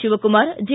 Shivakumar J